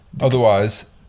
otherwise